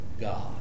God